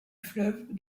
fleuve